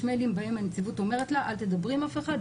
יש מיילים בהם הנציבות אומרת לה: אל תדברי עם אף אחד,